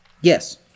Yes